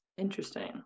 Interesting